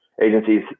agencies